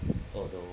although